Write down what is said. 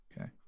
Okay